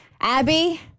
Abby